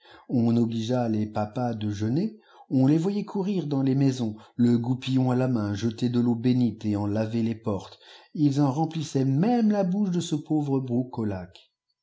on obligea les papas de jeûner on les voyait courir dans les maisons le goupillon à la main jeter dé tèau bénite et en laver les portes ils en remplissaient même la bouche de ce pauvre